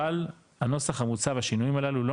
אבל הנוסח המוצע והשינויים הללו לא